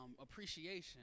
appreciation